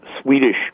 Swedish